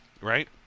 Right